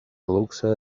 luxe